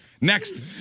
Next